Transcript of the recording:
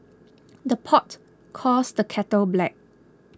the pot calls the kettle black